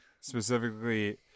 specifically